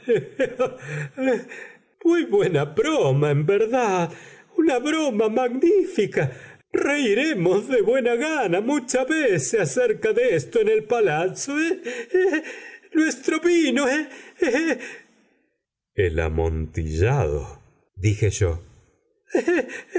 muy buena broma en verdad una broma magnífica reiremos de buena gana muchas veces acerca de esto en el palazzo eh eh eh nuestro vino eh eh eh el amontillado dije yo